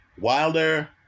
Wilder